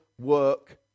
work